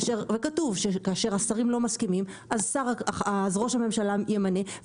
וכתוב שכאשר השרים לא מסכימים אז ראש הממשלה ימנה,